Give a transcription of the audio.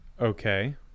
Okay